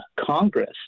Congress